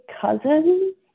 cousins